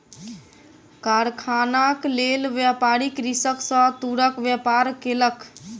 कारखानाक लेल, व्यापारी कृषक सॅ तूरक व्यापार केलक